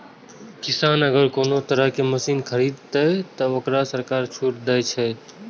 किसान अगर कोनो तरह के मशीन खरीद ते तय वोकरा सरकार छूट दे छे?